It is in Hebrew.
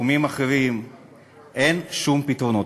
ובתחומים אחרים אין שום פתרונות,